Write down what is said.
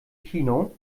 kino